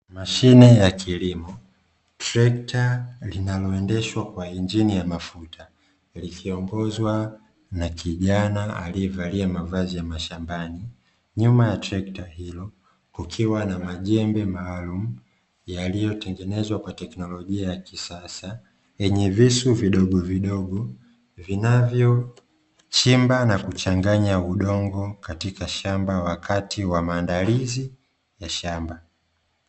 Mashine ya kilimo (trekta) linaloendeshwa kwa injili ya mafuta likiongozwa na kijana aliyevalia mavazi ya mashambani, nyuma ya trekta hilo kukiwa na majembe maalumu yaliyotengenezwa kwa teknolojia ya kisasa yenye visu vidogo vidogo vinavyochimba na kuchanganya udongo katika shamba wakati wa maandalizi ya shamba.